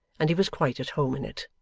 and he was quite at home in it.